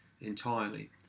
entirely